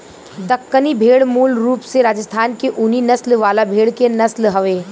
दक्कनी भेड़ मूल रूप से राजस्थान के ऊनी नस्ल वाला भेड़ के नस्ल हवे